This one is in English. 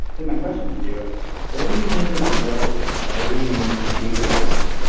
then my question for you is what do you mean egoity or what do you mean egoism?